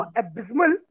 abysmal